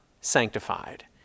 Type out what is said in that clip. sanctified